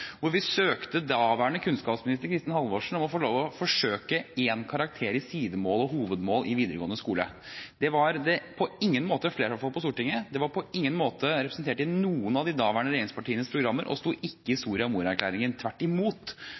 Vi søkte daværende kunnskapsminister Kristin Halvorsen om å få lov til å forsøke med én karakter i sidemål og hovedmål i videregående skole. Det var det på ingen måte flertall for på Stortinget. Det representerte ikke på noen måte de daværende regjeringspartienes programmer, og sto ikke i Soria Moria-erklæringen. Tvert imot